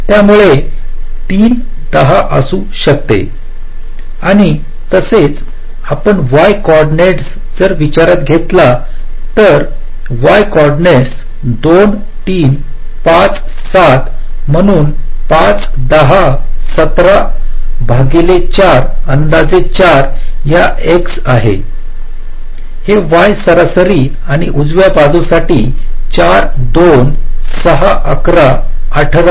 त्यामुळे 3 10 असू शकते आणि तसेच आपण वाय कॉर्डिनेट्स जर विचारत घेतला तर वाय कॉर्डिनेट्स 2 3 5 7 म्हणून 5 10 17 भागिले 4 अंदाजे 4 या x आहे हे y सरासरी आणि उजव्या बाजूसाठी 4 2 6 11 18